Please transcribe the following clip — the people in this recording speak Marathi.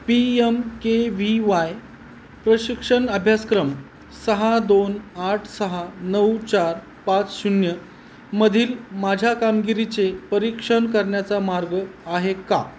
P M K V Y प्रशिक्षण अभ्यासक्रम सहा दोन आठ सहा नऊ चार पाच शून्यमधील माझ्या कामगिरीचे परीक्षण करण्याचा मार्ग आहे का